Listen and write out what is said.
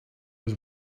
was